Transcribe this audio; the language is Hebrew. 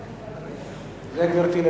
ו-3586.